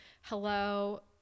hello